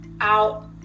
out